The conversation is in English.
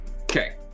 Okay